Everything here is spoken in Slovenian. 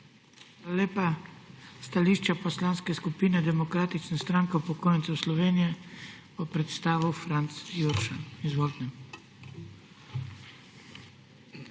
lepa. Stališče Poslanske skupine Demokratične stranke upokojencev Slovenije bo predstavil Franc Jurša. Izvolite.